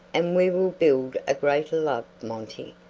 and we will build a greater love, monty,